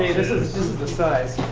this is the size.